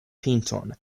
pinton